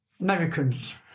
Americans